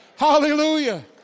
Hallelujah